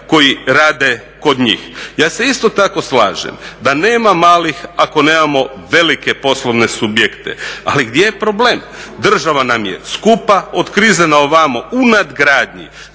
koji rade kod njih. Ja se isto tako slažem da nema malih ako nemamo velike poslovne subjekte, ali gdje je problem. Država nam je skupa, od krize na ovamo u nadgradnji,